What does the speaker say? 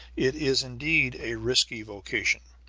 it is indeed a risky vocation.